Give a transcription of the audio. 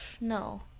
no